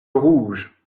rouge